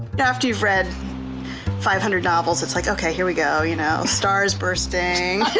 after you've read five hundred novels it's like okay here we go, you know, stars bursting.